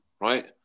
right